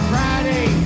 Friday